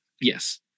Yes